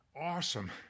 awesome